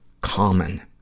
common